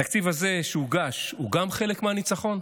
התקציב הזה שהוגש גם הוא חלק מהניצחון,